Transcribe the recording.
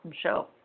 show